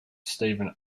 stephen